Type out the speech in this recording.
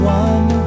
one